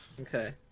Okay